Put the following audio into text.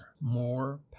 More